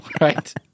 right